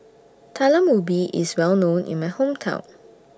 Talam Ubi IS Well known in My Hometown